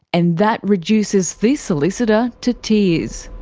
and that reduces this solicitor to tears.